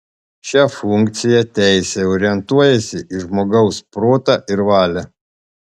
šia funkciją teisė orientuojasi į žmogaus protą ir valią